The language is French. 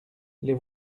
les